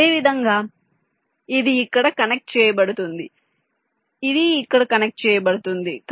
అదేవిధంగా ఇది ఇక్కడ కనెక్ట్ చేయబడుతుంది ఇది ఇక్కడ కనెక్ట్ చేయబడుతుంది